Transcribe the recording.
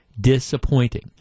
disappointing